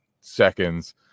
seconds